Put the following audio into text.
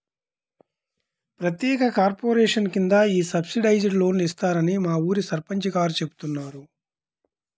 ప్రత్యేక కార్పొరేషన్ కింద ఈ సబ్సిడైజ్డ్ లోన్లు ఇస్తారని మా ఊరి సర్పంచ్ గారు చెబుతున్నారు